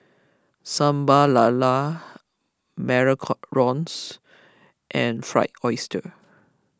Sambal Lala Macarons and Fried Oyster